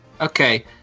okay